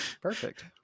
Perfect